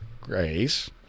Grace